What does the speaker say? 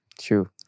True